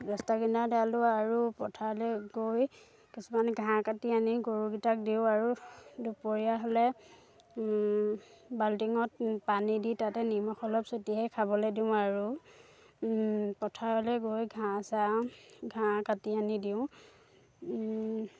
ৰাস্তা কিনাৰত এৰাল দিওঁ আৰু পথাৰলৈ গৈ কিছুমান ঘাঁহ কাটি আনি গৰুকেইটাক দিওঁ আৰু দুপৰীয়া হ'লে বাল্টিঙত পানী দি তাতে নিমখ অলপ ছটিয়াইহে খাবলৈ দিওঁ আৰু পথাৰলৈ গৈ ঘাঁহ চাহ ঘাঁহ কাটি আনি দিওঁ